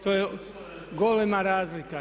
To je golema razlika.